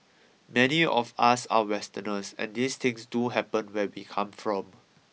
many of us are Westerners and these things do happen where we come from